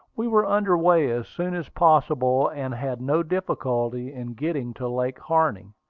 we were under way as soon as possible, and had no difficulty in getting to lake harney,